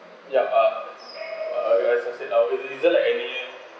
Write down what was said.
ya uh I will I will associate I will visited like any